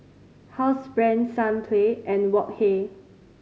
Housebrand Sunplay and Wok Hey